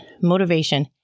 motivation